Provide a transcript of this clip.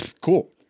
Cool